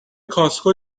کاسکو